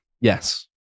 Yes